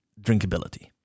drinkability